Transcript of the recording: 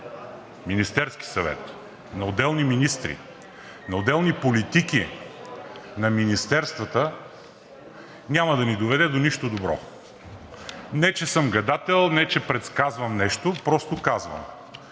Министерския съвет, на отделни министри, на отделни политики на министерствата няма да ни доведе до нищо добро. Не че съм гадател, не че предсказвам нещо, просто казвам.